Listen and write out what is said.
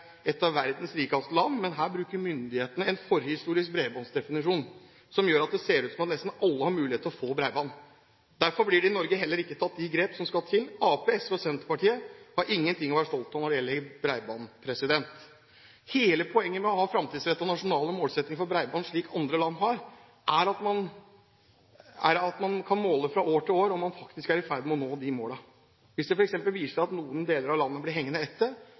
et av verdens rikeste land, men her bruker myndighetene en forhistorisk bredbåndsdefinisjon som gjør at det ser ut som om nesten alle har mulighet til å få bredbånd. Derfor blir det i Norge heller ikke tatt de grep som skal til. Arbeiderpartiet, SV og Senterpartiet har ingenting å være stolt av når det gjelder bredbånd. Hele poenget med å ha framtidsrettede nasjonale målsettinger for bredbånd, slik andre land har, er at man kan måle fra år til år om man faktisk er i ferd med å nå disse målene. Hvis det f.eks. viser seg at noen deler av landet blir hengende etter,